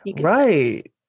Right